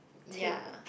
ya